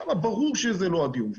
שם ברור שזה לא הדיון שלנו,